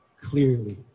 clearly